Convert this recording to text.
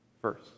first